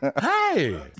Hey